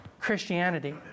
Christianity